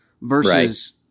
versus